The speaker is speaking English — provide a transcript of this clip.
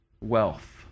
wealth